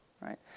right